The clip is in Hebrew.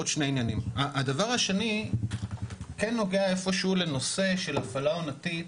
הדבר השני כן נוגע איפשהו לנושא של הפעלה עונתית